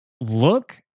look